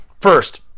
First